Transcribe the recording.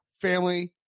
family